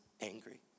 angry